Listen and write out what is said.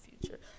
future